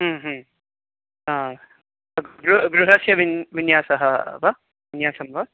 गृ गृहस्य विन् विन्यासः वा विन्यासः वा